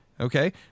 okay